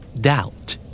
Doubt